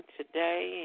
today